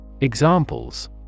Examples